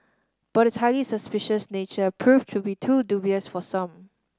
but its highly suspicious nature proved to be too dubious for some